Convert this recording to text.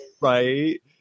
Right